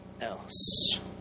else